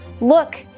look